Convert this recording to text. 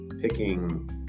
picking